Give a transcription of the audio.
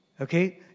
okay